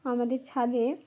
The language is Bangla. আমাদের ছাদে